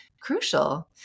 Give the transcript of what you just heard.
crucial